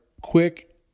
quick